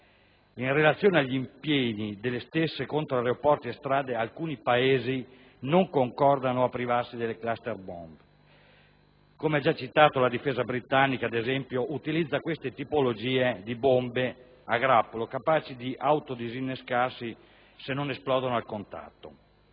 in relazione agli impieghi delle stesse contro aeroporti e strade, alcuni Paesi non sono d'accordo a privarsi delle *cluster bomb*. Come è stato già citato, la difesa britannica, ad esempio, utilizza queste tipologie di bombe a grappolo, capaci di autodisinnescarsi se non esplodono al contatto.